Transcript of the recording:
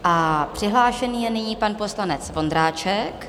A přihlášený je nyní pan poslanec Vondráček.